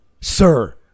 sir